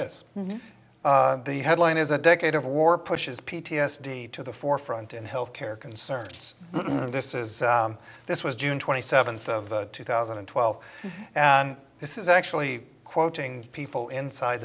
is the headline is a decade of war pushes p t s d to the forefront in health care concerns this is this was june twenty seventh of two thousand and twelve and this is actually quoting people inside